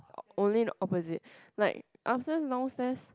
only opposite like upstairs downstairs